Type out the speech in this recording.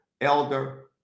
elder